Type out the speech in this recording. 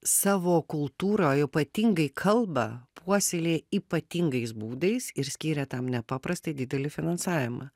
savo kultūrą o ypatingai kalbą puoselėja ypatingais būdais ir skiria tam nepaprastai didelį finansavimą